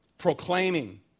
proclaiming